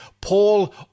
Paul